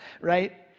right